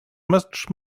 much